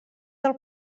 del